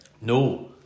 No